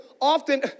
often